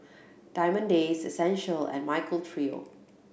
Diamond Days Essential and Michael Trio